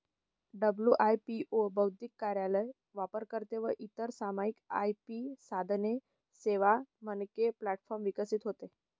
WIPO बौद्धिक कार्यालय, वापरकर्ते व इतर सामायिक आय.पी साधने, सेवा, मानके प्लॅटफॉर्म विकसित होते